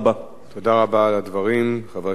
תודה רבה על הדברים, חבר הכנסת בן-ארי.